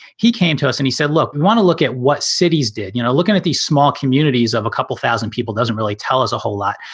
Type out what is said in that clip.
he came to us and he said, look, we want to look at what cities did you know looking at these small communities of a couple thousand people doesn't really tell us a whole lot.